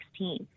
2016